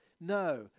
no